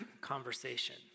conversation